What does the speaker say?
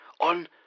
on